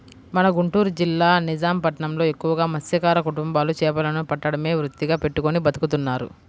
మన గుంటూరు జిల్లా నిజాం పట్నంలో ఎక్కువగా మత్స్యకార కుటుంబాలు చేపలను పట్టడమే వృత్తిగా పెట్టుకుని బతుకుతున్నారు